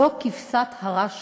זאת כבשת הרש